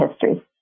history